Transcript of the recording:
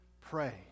pray